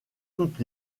toute